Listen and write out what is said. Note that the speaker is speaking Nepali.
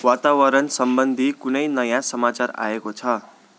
वातावरणसम्बन्धी कुनै नयाँ समाचार आएको छ